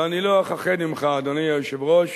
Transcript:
ואני לא אכחד ממך, אדוני היושב-ראש,